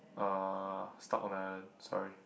uh stuck on the island sorry